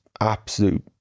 absolute